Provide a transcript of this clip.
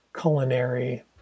culinary